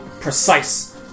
precise